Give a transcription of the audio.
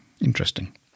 interesting